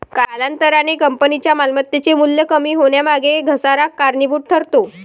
कालांतराने कंपनीच्या मालमत्तेचे मूल्य कमी होण्यामागे घसारा कारणीभूत ठरतो